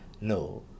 No